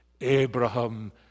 Abraham